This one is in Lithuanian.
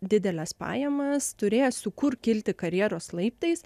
dideles pajamas turėsiu kur kilti karjeros laiptais